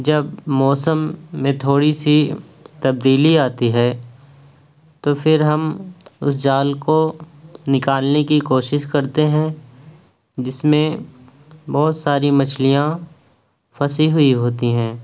جب موسم میں تھوڑی سی تبدیلی آتی ہے تو پھر ہم اس جال کو نکالنے کی کوشش کرتے ہیں جس میں بہت ساری مچھلیاں پھنسی ہوئی ہوتی ہیں